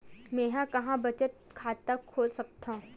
मेंहा कहां बचत खाता खोल सकथव?